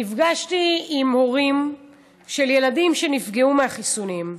נפגשתי גם עם הורים של ילדים שנפגעו מהחיסונים.